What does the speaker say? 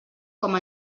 com